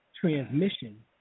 transmission